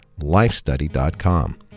lifestudy.com